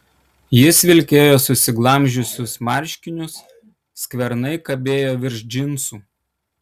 jis vilkėjo susiglamžiusius marškinius skvernai kabėjo virš džinsų